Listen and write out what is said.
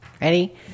ready